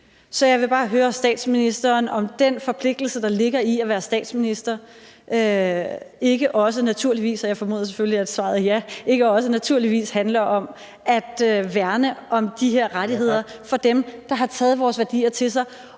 Så jeg vil bare høre statsministeren, om den forpligtelse, der ligger i at være statsminister, ikke også naturligvis – og jeg formoder selvfølgelig, at svaret er ja – handler om at værne om de her rettigheder for dem, der har taget vores værdier til sig,